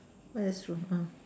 uh that's true uh